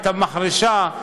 את המחרשה,